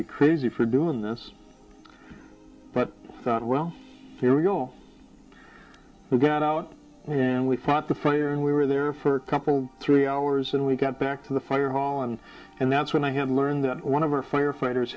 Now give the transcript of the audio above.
be crazy for doing this but i thought well here we go we got out and we thought the fire and we were there for a couple three hours and we got back to the fire hall and and that's when i had learned that one of our firefighters